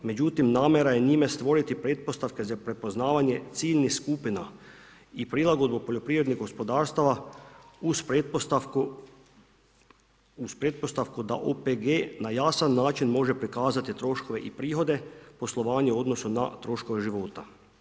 Međutim, namjera je njime stvoriti pretpostavke za prepoznavanje ciljnih skupina i prilagodbu poljoprivrednih gospodarstava uz pretpostavku da OPG na jasan način može prikazati troškove i prihode poslovanja u odnosu na troškove života.